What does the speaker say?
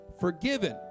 forgiven